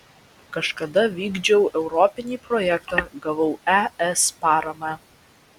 kažkada vykdžiau europinį projektą gavau es paramą